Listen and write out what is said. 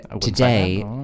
today